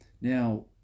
Now